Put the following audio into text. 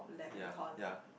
ya ya